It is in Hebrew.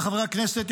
חברות וחברי הכנסת,